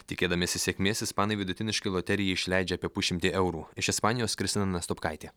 tikėdamiesi sėkmės ispanai vidutiniškai loterijai išleidžia apie pusšimtį eurų iš ispanijos kristina nastopkaitė